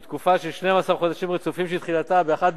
תקופה של 12 חודשים רצופים שתחילתה ב-1 בינואר,